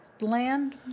land